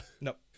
nope